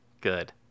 good